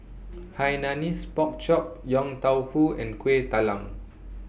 Hainanese Pork Chop Yong Tau Foo and Kueh Talam